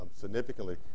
significantly